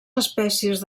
espècies